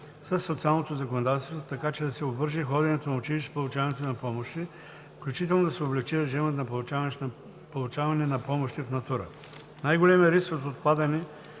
със социалното законодателство, така че да се обвърже ходенето на училище с получаването на помощи, включително да се облекчи режимът за получаване на помощи в натура. Най-големият риск от отпадане